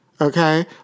okay